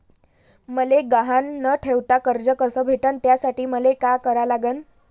मले गहान न ठेवता कर्ज कस भेटन त्यासाठी मले का करा लागन?